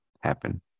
happen